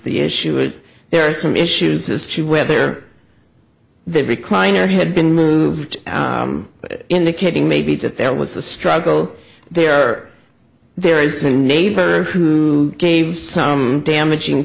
the issue is there are some issues as to whether the recliner had been moved indicating maybe that there was a struggle there there is a neighbor who gave some damaging